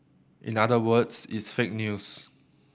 in other words it's fake news